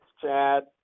Chad